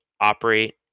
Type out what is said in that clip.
operate